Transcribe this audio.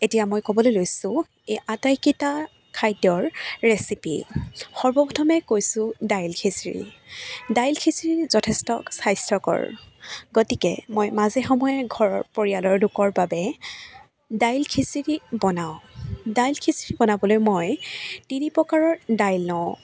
এতিয়া মই ক'বলৈ লৈছোঁ এই আটাইকেইটা খাদ্যৰ ৰেচিপি সৰ্বপ্ৰথমে কৈছোঁ দাইল খিচিৰি দাইল খিচিৰিৰ যথেষ্ট স্বাস্থ্যকৰ গতিকে মই মাজে সময়ে ঘৰৰ পৰিয়ালৰ লোকৰ বাবে দাইল খিচিৰি বনাওঁ দাইল খিচিৰি বনাবলৈ মই তিনি প্ৰকাৰৰ দাইল লওঁ